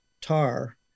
tar